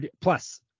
plus